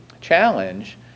challenge